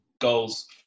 goals